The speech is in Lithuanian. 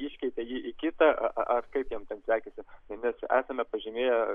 iškeitė jį į kitą ar ar kaip jam sekėsi mes esame pažymėję